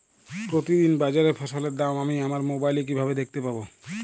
প্রতিদিন বাজারে ফসলের দাম আমি আমার মোবাইলে কিভাবে দেখতে পাব?